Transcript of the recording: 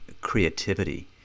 creativity